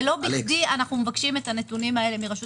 ולא בכדי אנו מבקשים את הנתונים האלה מרשות